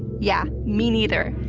yeah, me neither.